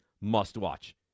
must-watch